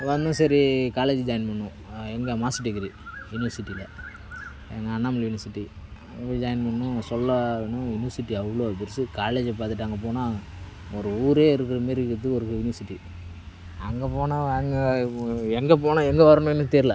வந்தோம் சரி college join பண்ணிணோம் எங்கே மாஸ்டர் டிகிரி யூனிவர்சிட்டியில் எங்கே அண்ணாமலை யூனிவர்சிட்டி அங்கே ஜாயின் பண்ணிணோம் சொல்லவா வேணும் யூனிவர்சிட்டி அவ்வளோ பெருசு காலேஜை பார்த்துட்டு அங்கே போனால் ஒரு ஊரே இருக்கிற மாதிரி இருக்குது ஒரு யூனிவர்சிட்டி அங்கே போனால் அங்கே எங்கே போனால் எங்கே வரணுமெனே தெரிலை